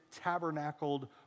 tabernacled